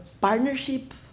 partnership